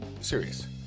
serious